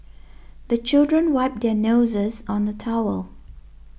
the children wipe their noses on the towel